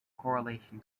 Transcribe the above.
correlation